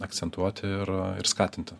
akcentuoti ir ir skatinti